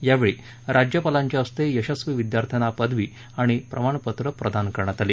यावेळी राज्यपालांच्या हस्ते यशस्वी विद्यार्थ्यांना पदवी आणि प्रमाणपत्रं प्रदान करण्यात आली